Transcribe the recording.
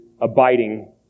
abiding